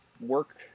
work